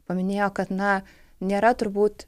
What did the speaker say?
paminėjo kad na nėra turbūt